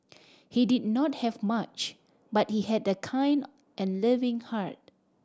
he did not have much but he had a kind and loving heart